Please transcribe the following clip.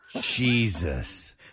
Jesus